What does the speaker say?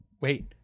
wait